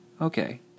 Okay